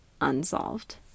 unsolved